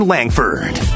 Langford